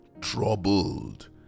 troubled